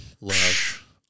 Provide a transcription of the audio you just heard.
Love